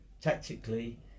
tactically